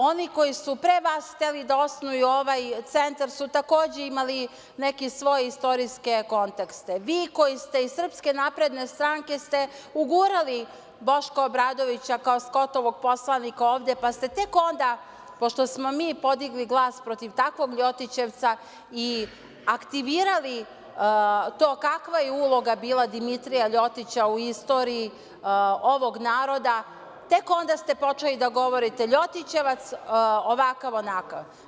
Oni koji su pre vas hteli da osnuju ovaj centar su takođe imali neke svoje istorijske kontekste, vi koji ste iz SNS ste ugurali Boška Obradovića kao Skotovog poslanika ovde, pa ste tek onda, pošto smo mi podigli glas protiv takvog Ljotićevca i aktivirali to kakva je uloga bila Dimitrija Ljotića u istoriji ovog naroda, tek onda ste počeli da govorite Ljotićevac, ovakav, onakav.